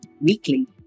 weekly